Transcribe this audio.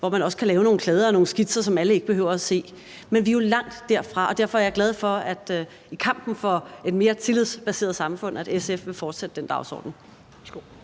hvor man også kan lave nogle kladder og nogle skitser, som alle ikke behøver at se. Men vi er langt derfra, og derfor er jeg glad for, at i kampen for en mere tillidsbaseret samfund vil SF fortsætte den dagsorden.